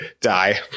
die